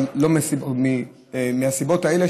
אבל מהסיבות האלה,